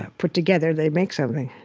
ah put together, they make something.